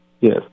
Yes